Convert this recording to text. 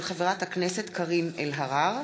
מאת חברת הכנסת קארין אלהרר,